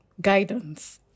guidance